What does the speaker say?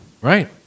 Right